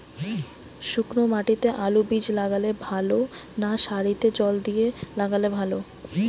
শুক্নো মাটিতে আলুবীজ লাগালে ভালো না সারিতে জল দিয়ে লাগালে ভালো?